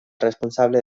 responsable